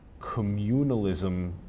communalism